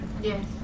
Yes